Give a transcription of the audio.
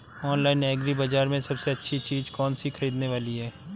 Online agri बाजार में सबसे अच्छी चीज कौन सी ख़रीदने वाली है?